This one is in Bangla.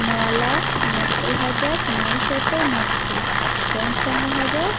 ন লাখ নব্বই হাজার নয়শত নব্বই পঞ্চান্ন হাজার